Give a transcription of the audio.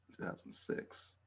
2006